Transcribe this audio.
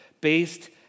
based